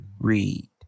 read